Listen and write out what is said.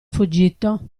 fuggito